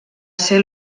ser